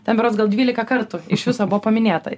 ten berods gal dvylika kartų iš viso buvo paminėta